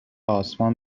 آسمان